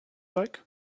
like